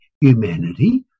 humanity